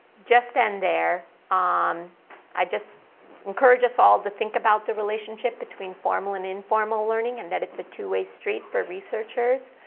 just end there. um i just encourage us all to think about the relationship between formal and informal learning and that it's a two-way street for researchers.